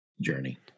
journey